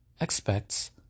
expects